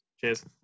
cheers